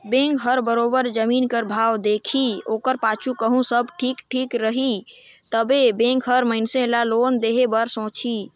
bank हर बरोबेर जमीन कर भाव देखही ओकर पाछू कहों सब ठीक ठाक रही तबे बेंक हर मइनसे ल लोन देहे बर सोंचही